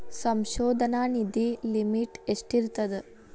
ಸಂಶೋಧನಾ ನಿಧಿ ಲಿಮಿಟ್ ಎಷ್ಟಿರ್ಥದ